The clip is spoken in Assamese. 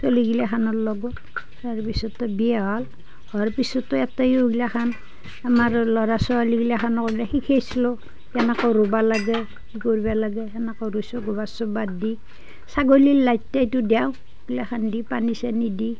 চলিগিলাখনৰ লগত তাৰপিছত বিয়া হ'ল হোৱাৰ পিছতেও এইগিলাখান আমাৰ ল'ৰা ছোৱালী গিলাখানো এইবিলাক শিকেইছিলোঁ কেনেকৈ ৰুবা লাগে হেৰি কৰিব লাগে গোবৰ চোবৰ দি ছাগলীৰ লাদতেওঁটো দেওঁ সেইগিলাখন দি পানী চানী দি